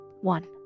One